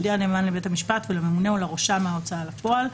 יודיע הנאמן לבית המשפט ולממונה או לרשם ההוצאה לפועל,